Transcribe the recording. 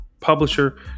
publisher